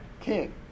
king